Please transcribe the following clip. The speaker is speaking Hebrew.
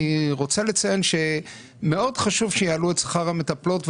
אני רוצה לציין שמאוד חשוב שיעלו את שכר המטפלות.